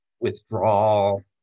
withdrawal